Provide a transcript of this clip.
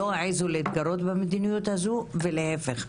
לא העזו להתגרות במדיניות הזו ולהיפך,